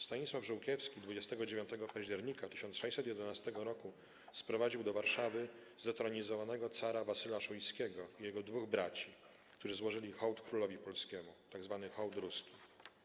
Stanisław Żółkiewski 29 października 1611 roku sprowadził do Warszawy zdetronizowanego cara Wasyla Szujskiego i jego dwóch braci, którzy złożyli hołd królowi polskiemu, tzw. Hołd Ruski.